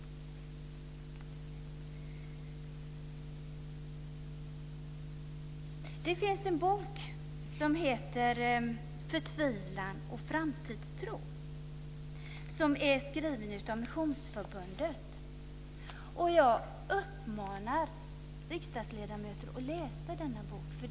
Det finns en bok som heter Förtvivlan och framtidstro, som är skriven av Missionsförbundet. Jag uppmanar riksdagsledamöterna att läsa denna bok.